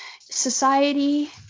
society